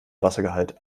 wassergehalt